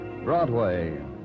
Broadway